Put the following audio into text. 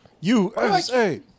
USA